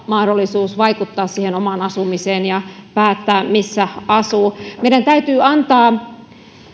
mahdollisuus vaikuttaa siihen omaan asumiseensa ja päättää missä asuu meidän täytyy antaa